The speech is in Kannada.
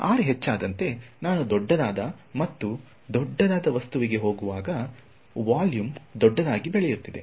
r ಹೆಚ್ಚಾದಂತೆ ನಾನು ದೊಡ್ಡದಾದ ಮತ್ತು ದೊಡ್ಡದಾದ ವಸ್ತುವಿಗೆ ಹೋಗುವಾಗ ಪರಿಮಾಣವೊಲ್ಯೂಮ್ವು ದೊಡ್ಡದಾಗಿ ಬೆಳೆಯುತ್ತಿದೆ